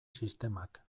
sistemak